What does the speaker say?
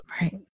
Right